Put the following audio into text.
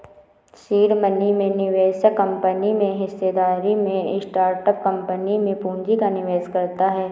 seed money में निवेशक company में हिस्सेदारी में स्टार्टअप कंपनी में पूंजी का निवेश करता है